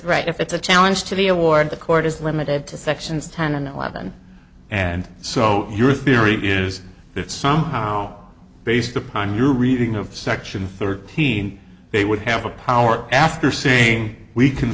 right if it's a challenge to the award the court is limited to sections ten and eleven and so your theory is that somehow based upon your reading of section thirteen they would have the power after seeing we co